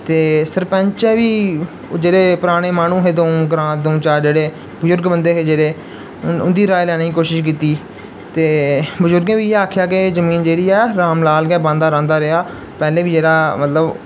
ते सरपैंचै बी ओह् जेह्ड़े पराने माहनू हे दऊं ग्रांऽ दऊं चार ग्रांऽ जेह्ड़े बजुर्ग बंदे हे जेह्ड़े उं'दी राए लैने दी कोशश कीती ते बजुर्गें बी इयै आखेआ कि एह् जमीन जेह्ड़ी ऐ राम लाल गै बांह्दा रांह्दा रेहा पैहलें बी जेह्ड़ा मतलब